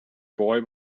boy